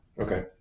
Okay